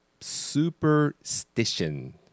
superstition